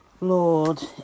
Lord